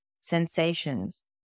sensations